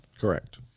Correct